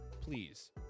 please